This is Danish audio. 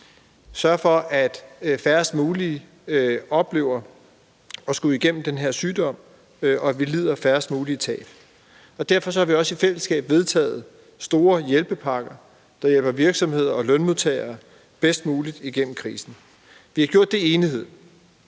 sørge for, at færrest mulige oplever at skulle igennem den her sygdom, og at vi lider færrest mulige tab. Derfor har vi også i fællesskab vedtaget store hjælpepakker, der hjælper virksomheder og lønmodtagere bedst muligt igennem krisen, også selv om det kræver